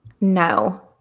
No